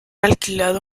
alquilado